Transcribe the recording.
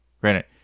Granted